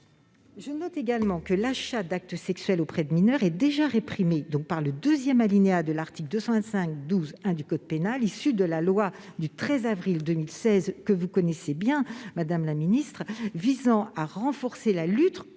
Je note également que l'achat d'actes sexuels auprès de mineurs est déjà réprimé par l'alinéa 2 de l'article 225-12-1 du code pénal, issu de la loi du 13 avril 2016 que vous connaissez bien, madame la sénatrice, visant à renforcer la lutte